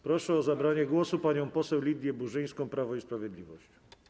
Proszę o zabranie głosu panią poseł Lidię Burzyńską, Prawo i Sprawiedliwość.